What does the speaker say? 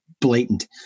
blatant